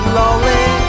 lonely